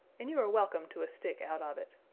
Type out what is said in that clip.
and you are welcome to a stick out of it.